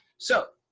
so,